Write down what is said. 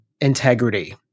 integrity